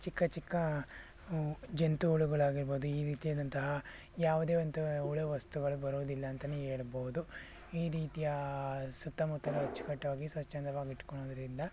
ಚಿಕ್ಕ ಚಿಕ್ಕ ಹ್ಞೂ ಜಂತು ಹುಳುಗಳಾಗಿರ್ಬೊದು ಈ ರೀತಿಯಾದಂತಹ ಯಾವುದೇ ಒಂದು ಹುಳು ವಸ್ತುಗಳು ಬರೋದಿಲ್ಲ ಅಂತಲೇ ಹೇಳ್ಬಹುದು ಈ ರೀತಿಯ ಸುತ್ತಮುತ್ತಲೂ ಅಚ್ಚುಕಟ್ಟಾಗಿ ಸ್ವಚ್ಛಂದವಾಗಿಟ್ಕೊಳ್ಳೋದ್ರಿಂದ